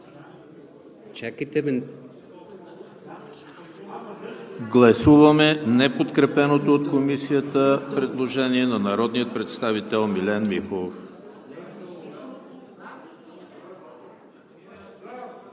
Подлагам на гласуване неподкрепеното от Комисията предложение на народния представител Милен Михов.